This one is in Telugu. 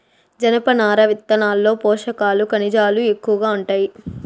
జనపనార విత్తనాల్లో పోషకాలు, ఖనిజాలు ఎక్కువగా ఉంటాయి